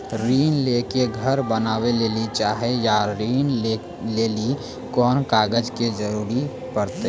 ऋण ले के घर बनावे लेली चाहे या ऋण लेली कोन कागज के जरूरी परतै?